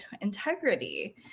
integrity